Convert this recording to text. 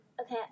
Okay